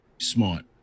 Smart